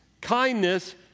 kindness